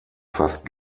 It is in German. fast